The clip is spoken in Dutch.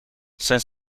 zijn